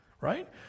right